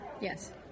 Yes